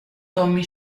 tommy